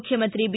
ಮುಖ್ಯಮಂತ್ರಿ ಬಿ